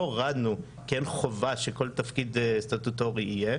לא הורדנו כי אין חובה שכל תפקיד סטטוטורי יהיה.